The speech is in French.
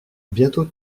bientôt